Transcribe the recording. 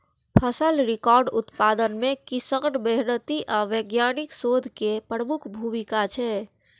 फसलक रिकॉर्ड उत्पादन मे किसानक मेहनति आ वैज्ञानिकक शोध केर प्रमुख भूमिका छै